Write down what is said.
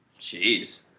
Jeez